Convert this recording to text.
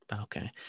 Okay